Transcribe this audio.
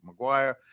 McGuire